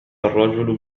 الرجل